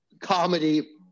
comedy